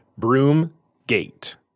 Broomgate